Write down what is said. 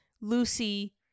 Lucy